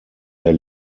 der